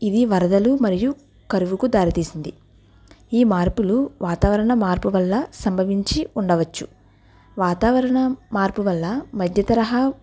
ఇవి వరదలు మరియు కరువుకు దారి తీసింది ఈ మార్పులు వాతావరణ మార్పు వల్ల సంభవించి ఉండవచ్చు వాతావరణ మార్పు వల్ల మధ్య తరహా